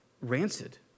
rancid